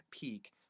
peak